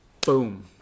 boom